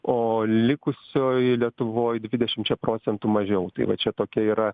o likusioj lietuvoj dvidešimčia procentų mažiau tai va čia tokia yra